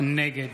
נגד